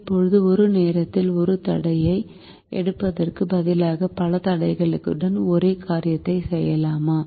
இப்போது ஒரு நேரத்தில் ஒரு தடையை எடுப்பதற்கு பதிலாக பல தடைகளுடன் ஒரே காரியத்தைச் செய்யலாமா